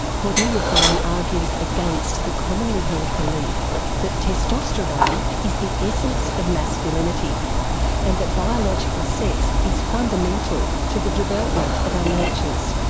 cordelia fine argues against the commonly held belief that testosterone is the essence of masculinity and that biological sex is fundamental to the development of our natures.